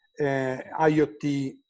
IoT